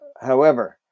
however-